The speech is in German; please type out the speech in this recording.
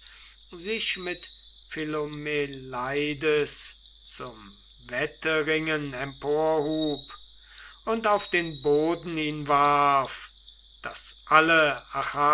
sich mit philomeleides zum wetteringen emporhub und auf den boden ihn warf daß alle